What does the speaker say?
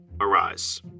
arise